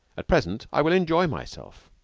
at present i will enjoy myself.